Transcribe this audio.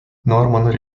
norman